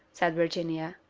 said virginia.